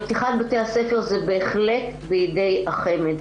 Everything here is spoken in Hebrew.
פתיחת בתי הספר זה בהחלט בידי החמ"ד.